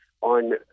on